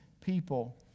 people